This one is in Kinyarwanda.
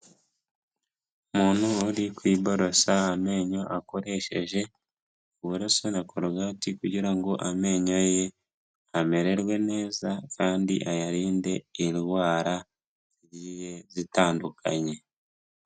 Umuntu uri kuborosa amenyo akoresheje uburaso na korogati kugira ngo amenyo ye amererwe neza, kandi ayarinde indwara zigiye zitandukanye.